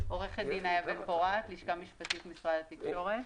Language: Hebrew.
מן הלשכה המשפטית במשרד התקשורת.